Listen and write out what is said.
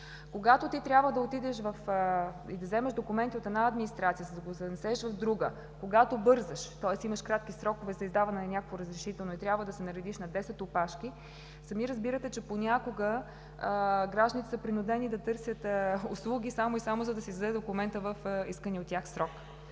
Когато ти трябва да отидеш и да вземеш документи от една администрация, да ги занесеш в друга, когато бързаш, тоест имаш кратки срокове за издаване на някакво разрешително и трябва да се наредиш на 10 опашки, сами разбирате, че понякога гражданите са принудени да търсят услуги само и само, за да се издаде документът в искания от тях срок.